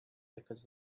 because